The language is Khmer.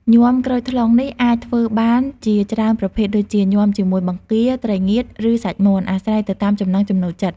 ញាំក្រូចថ្លុងនេះអាចធ្វើបានជាច្រើនប្រភេទដូចជា ញាំជាមួយបង្គា ត្រីងៀត ឬសាច់មាន់ អាស្រ័យទៅតាមចំណង់ចំណូលចិត្ត។